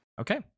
okay